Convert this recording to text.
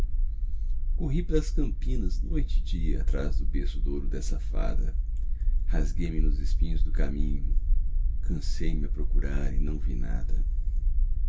corri pelas campinas noite e dia atrás do berço douro dessa fada rasguei me nos espinhos do caminho cansei me a procurar e não vi nada